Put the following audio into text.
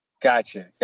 Gotcha